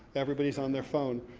everybody's on their phone.